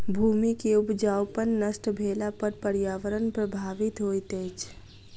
भूमि के उपजाऊपन नष्ट भेला पर पर्यावरण प्रभावित होइत अछि